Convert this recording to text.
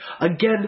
again